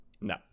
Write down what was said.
no